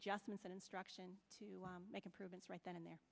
adjustments in instruction to make improvements right then and there